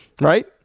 right